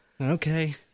Okay